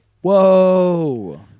Whoa